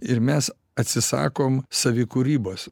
ir mes atsisakom savikūrybos